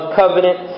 covenant